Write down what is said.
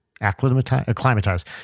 acclimatize